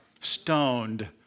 Stoned